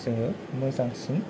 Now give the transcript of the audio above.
जोङो मोजांसिन